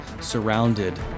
surrounded